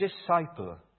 disciple